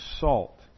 salt